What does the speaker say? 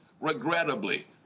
regrettably